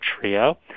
trio